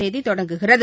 தேதி தொடங்குகிறது